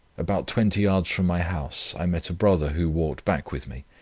about twenty yards from my house, i met a brother who walked back with me,